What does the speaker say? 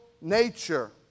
nature